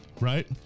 right